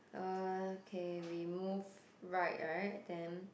okay we move right right then